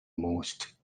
most